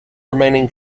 remaining